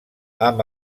amb